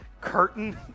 curtain